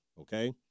okay